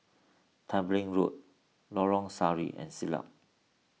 Tembeling Road Lorong Sari and Siglap